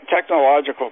technological